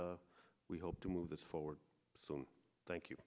we hope to move this forward so thank you